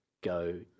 Go